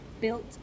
built